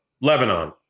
Lebanon